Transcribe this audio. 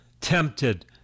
Tempted